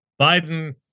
Biden